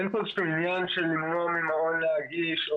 אין כוונה למנוע ממעון להגיש,